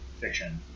fiction